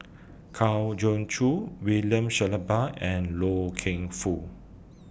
Kwa Geok Choo William Shellabear and Loy Keng Foo